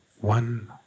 one